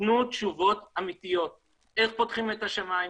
תנו תשובות אמתיות איך פותחים את השמיים,